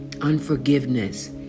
unforgiveness